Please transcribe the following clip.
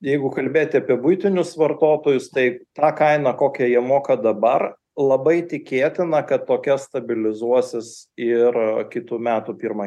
jeigu kalbėti apie buitinius vartotojus tai tą kainą kokią jie moka dabar labai tikėtina kad tokia stabilizuosis ir kitų metų pirmą